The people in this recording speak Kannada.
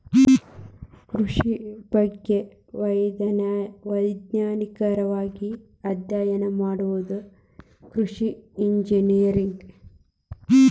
ಕೃಷಿ ಬಗ್ಗೆ ವೈಜ್ಞಾನಿಕವಾಗಿ ಅಧ್ಯಯನ ಮಾಡುದ ಕೃಷಿ ಇಂಜಿನಿಯರಿಂಗ್